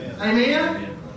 Amen